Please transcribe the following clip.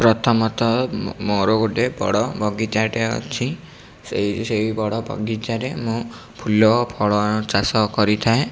ପ୍ରଥମତଃ ମୋର ଗୋଟେ ବଡ଼ ବଗିଚାଟେ ଅଛି ସେହି ସେହି ବଡ଼ ବଗିଚାରେ ମୁଁ ଫୁଲ ଓ ଫଳଚାଷ କରିଥାଏ